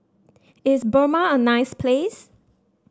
is Burma a nice place